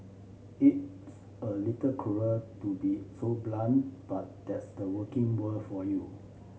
it's a little cruel to be so blunt but that's the working world for you